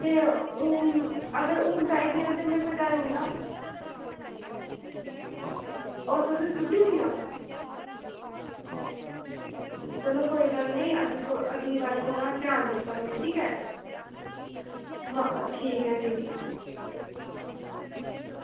ते हून अगर हून चाहिदियां ते में पुजाई ओड़ना ओह् तुसें सुट्टी ओड़ियां चलो कोई गल्ल निं अगली अगली बार कोला ध्यान देगा में ठीक ऐ म ठीक ऐ फ्ही